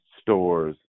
stores